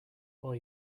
while